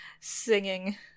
singing